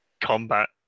combat